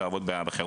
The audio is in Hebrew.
לא יעבוד בחירום.